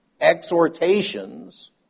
exhortations